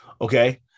Okay